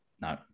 No